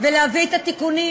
ולהביא את התיקונים.